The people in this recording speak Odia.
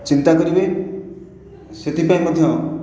ଚିନ୍ତା କରିବେ ସେଥିପାଇଁ ମଧ୍ୟ